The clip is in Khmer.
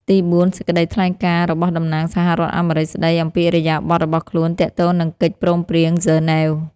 ទីបួន សេចក្តីថ្លែងការណ៍ របស់តំណាងសហរដ្ឋអាមេរិក ស្តីអំពីឥរិយាបថរបស់ខ្លួនទាក់ទងនឹងកិច្ច ព្រមព្រៀងហ្សឺណែវ។